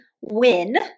win